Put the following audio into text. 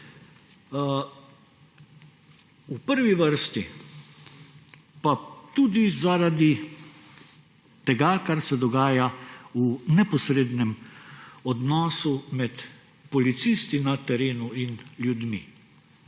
V prvi vrsti pa tudi zaradi tega, kar se dogaja v neposrednem odnosi med policisti na terenu in ljudmi.